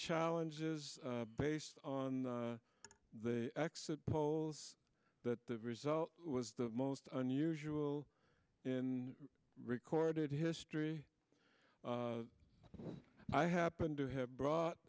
challenges based on the exit polls that the result was the most unusual in recorded history i happened to have brought